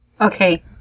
Okay